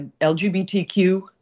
LGBTQ